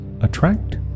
Attract